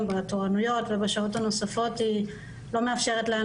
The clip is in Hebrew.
התורניות והשעות הנוספות לא מאפשרות להן